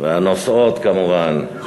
והנושאות כמובן.